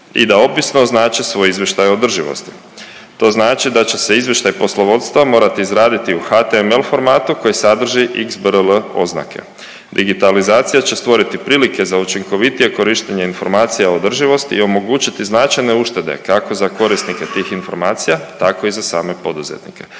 i da opisno označe svoj izvještaj o održivosti. To znači da će se izvještaj poslovodstva morati izraditi u HTML formatu koji sadrži XBRL oznake. Digitalizacija će stvoriti prilike za učinkovitije korištenje informacija o održivosti i omogućiti značajne uštede, kako za korisnike tih informacija, tako i za same poduzetnike.